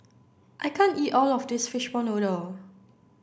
I can't eat all of this fishball noodle